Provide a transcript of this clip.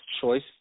choice